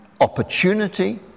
opportunity